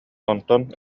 онтон